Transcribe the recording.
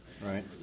right